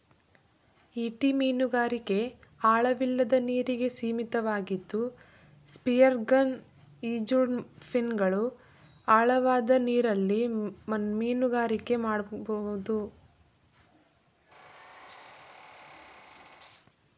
ಈಟಿ ಮೀನುಗಾರಿಕೆ ಆಳವಿಲ್ಲದ ನೀರಿಗೆ ಸೀಮಿತವಾಗಿದ್ದು ಸ್ಪಿಯರ್ಗನ್ ಈಜುಫಿನ್ಗಳು ಆಳವಾದ ನೀರಲ್ಲಿ ಮೀನುಗಾರಿಕೆ ಮಾಡ್ಬೋದು